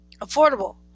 affordable